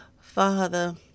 Father